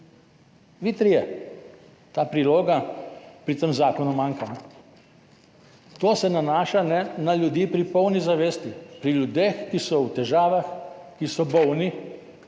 Vi trije. Ta priloga manjka pri tem zakonu. To se nanaša na ljudi pri polni zavesti, pri ljudeh, ki so v težavah, ki so bolni,